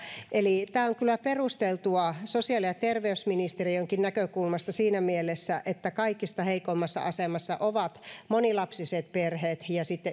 eli tämä on kyllä perusteltua sosiaali ja terveysministeriönkin näkökulmasta siinä mielessä että kaikista heikoimmassa asemassa ovat monilapsiset perheet ja